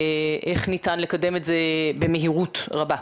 ואנחנו ראינו שבזמנים שהייתה פעילות חינוכית משולבת